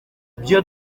byo